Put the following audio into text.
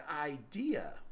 idea